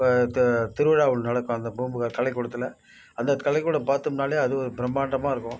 திருவிழா ஒன்று நடக்கும் அந்த பூம்புகார் கலைக்கூடத்தில் அந்த கலைக்கூடம் பார்த்தோம்னாலே அது ஒரு பிரம்மாண்டமாக இருக்கும்